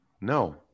No